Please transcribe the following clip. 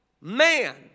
man